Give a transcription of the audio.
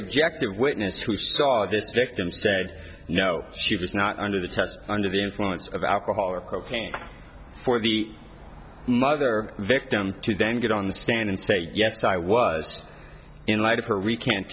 objective witness who saw this victim said no she was not under the test under the influence of alcohol or cocaine for the mother victim to then get on the stand and say yes i was in light of her recant